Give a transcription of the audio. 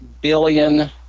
billion